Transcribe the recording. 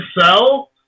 sell